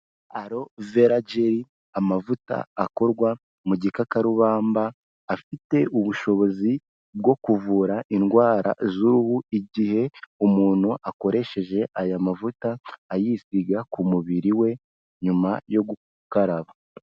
Aroverajeri amavuta akorwa mu gikakarubamba, afite ubushobozi bwo kuvura indwara z'uruhu igihe umuntu akoresheje aya mavuta ayisiga ku mubiri we nyuma yo gukaraba.